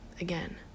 again